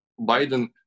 Biden